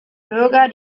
bürger